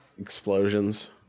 Explosions